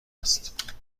است